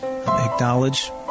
acknowledge